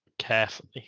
carefully